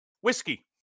Whiskey